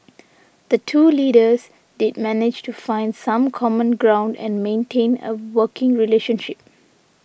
the two leaders did manage to find some common ground and maintain a working relationship